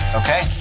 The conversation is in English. okay